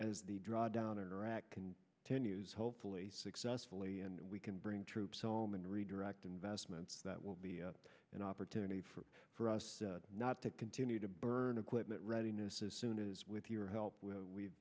as the drawdown in iraq and to news hopefully successfully and we can bring troops home and redirect investments that will be an opportunity for for us not to continue to burn equipment readiness as soon as with your help with we've